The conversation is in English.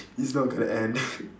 it's not gonna end